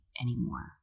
anymore